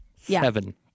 Seven